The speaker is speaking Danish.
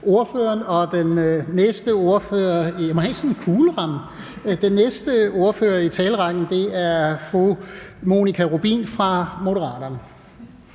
den næste ordfører i talerrækken er fru Monika Rubin fra Moderaterne.